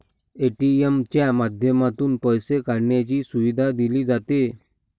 ATM च्या माध्यमातून पैसे काढण्याची सुविधा दिली जाते